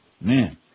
Man